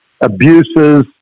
abuses